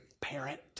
parent